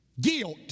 Guilt